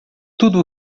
tudo